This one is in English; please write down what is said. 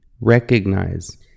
recognize